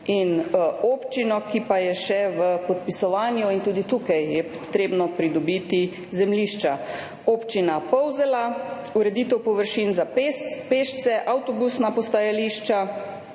in občino, ki pa je še v podpisovanju. Tudi tukaj je potrebno pridobiti zemljišča. Občina Polzela, ureditev površin za pešce, avtobusna postajališča